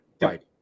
Right